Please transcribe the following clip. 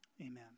amen